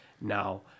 Now